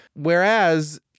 Whereas